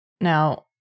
Now